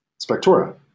Spectora